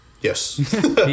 Yes